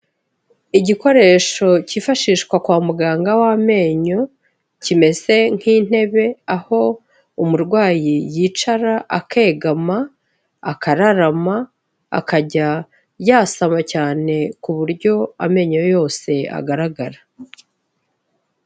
Igikoresho cyifashishwa kwa muganga w'amenyo, kimeze nk'intebe, aho umurwayi yicara akegama, akararama, akajya yasama cyane ku buryo amenyo ye yose agaragara.